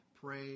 Pray